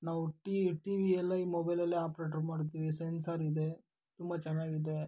ನಾವು ಟಿವಿ ಎಲ್ಲ ಈ ಮೊಬೈಲಲ್ಲೆ ಆಪ್ರೇಟ್ರ್ ಮಾಡ್ತೀವಿ ಸೆನ್ಸರ್ ಇದೆ ತುಂಬ ಚೆನ್ನಾಗಿದೆ